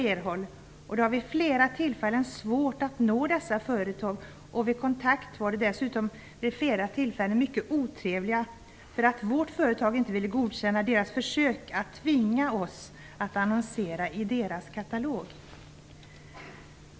Vid flera tillfällen var det svårt att nå dessa företag, och vid kontakt var de dessutom vid flera tillfällen mycket otrevliga för att vårt företag inte ville godkänna deras försök att tvinga oss att annonsera i deras katalog.